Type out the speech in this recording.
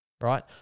right